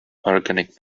organic